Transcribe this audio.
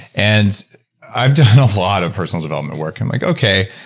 and i've done a lot of personal development work i'm like okay,